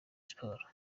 sports